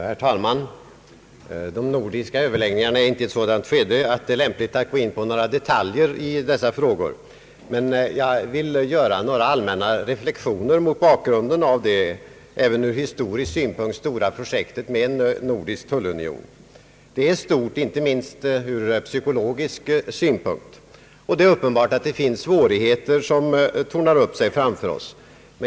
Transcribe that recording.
Herr talman! I nuvarande skede av de nordiska överläggningarna är det inte lämpligt att gå in på några detaljer rörande de frågor som behandlas där, men jag vill göra några allmänna reflexioner mot bakgrunden av det även historiskt sett stora projektet med en nordisk tullunion. Projektet är stort, kanske främst ur psykologisk synpunkt, och det är uppenbart att svårigheter tornar upp sig framför oss.